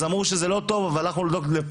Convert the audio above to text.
אז אמרו שזה לא טוב אבל הלכנו לפרופסור